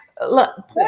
Look